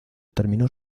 terminó